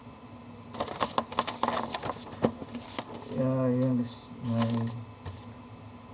ya ya it's my